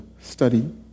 study